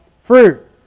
fruit